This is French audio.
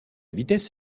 vitesse